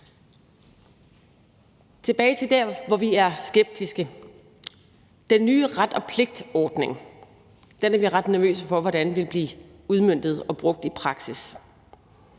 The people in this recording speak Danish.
tilbage til der, hvor vi er skeptiske: Den nye ret og pligt-ordning er vi ret nervøse for hvordan vil blive udmøntet og brugt i praksis.